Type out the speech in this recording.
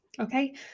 Okay